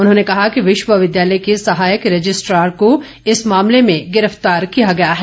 उन्होंने कहा कि विश्वविद्यालय के सहायक रजिस्ट्रार को इस मामले में गिरफ्तार किया गया है